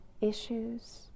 issues